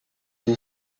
two